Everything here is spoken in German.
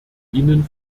ihnen